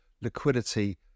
liquidity